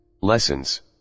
Lessons